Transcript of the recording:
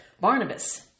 Barnabas